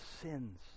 sins